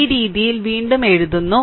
ഈ രീതിയിൽ വീണ്ടും എഴുതുന്നു